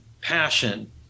passion